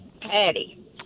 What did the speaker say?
patty